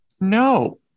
no